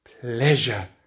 pleasure